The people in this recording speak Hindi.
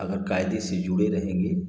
अगर कायदे से जुड़े रहेंगे